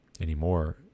anymore